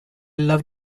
love